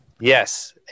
Yes